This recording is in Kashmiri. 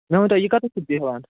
مےٚ ؤنۍ تو یہ کَتتھ چھُ بیٚہوان